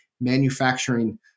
manufacturing